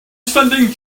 sending